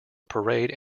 parade